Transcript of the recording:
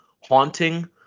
haunting